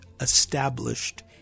established